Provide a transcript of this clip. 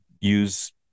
use